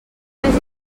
més